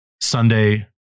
Sunday